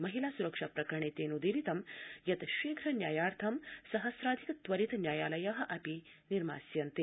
महिला सुरक्षा प्रकरणे तेनोदीरितं यत् शीघ्र न्यायार्थ सहम्राधिक त्वरित न्यायालया निर्मास्यन्ते